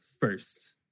first